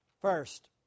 First